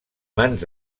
mans